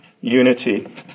unity